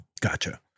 Gotcha